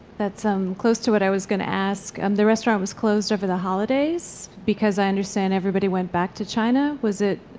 that's um close to what i was going to ask. um the restaurant was closed over the holidays because i understand everybody went back to china. was it,